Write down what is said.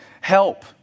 Help